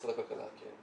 משרד הכלכלה, כן.